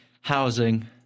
Housing